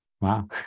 Wow